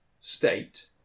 state